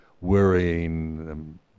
worrying